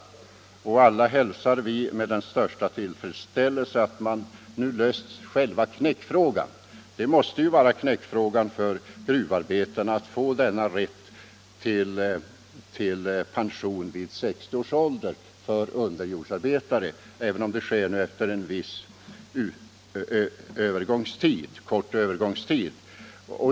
Alla hälsar vi med den största tillfredsställelse att man nu löst själva knäckfrågan. Det måste ju vara knäckfrågan för gruvarbetarna att få denna rätt till pension vid 60 års ålder för underjordsarbetare, även om reformen genomförs med en viss kort övergångstid.